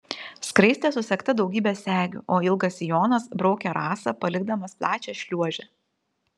skraistė susegta daugybe segių o ilgas sijonas braukė rasą palikdamas plačią šliuožę